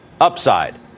upside